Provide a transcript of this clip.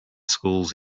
schools